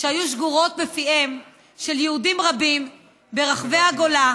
שהיו שגורות בפיהם של יהודים רבים ברחבי הגולה,